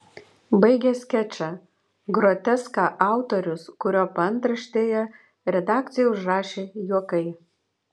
baigia skečą groteską autorius kurio paantraštėje redakcija užrašė juokai